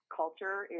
culture